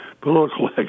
political